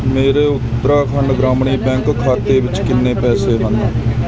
ਮੇਰੇ ਉੱਤਰਾਖੰਡ ਗ੍ਰਾਮਣੀ ਬੈਂਕ ਖਾਤੇ ਵਿੱਚ ਕਿੰਨੇ ਪੈਸੇ ਹਨ